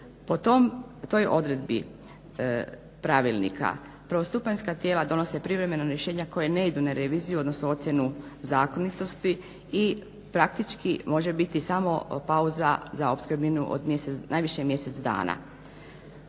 Po toj odredbi pravilnika prvostupanjska tijela donose privremeno rješenje koje ne ide na reviziju odnosno ocjenu zakonitosti i praktički može biti samo pauza za opskrbninu od najviše mjesec dana.